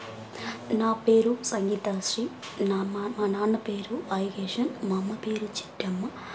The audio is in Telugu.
నా పేరు సంగీత శ్రీ నా మా నాన్న పేరు ఆయగేషన్ మా అమ్మ పేరు చిట్టమ్మ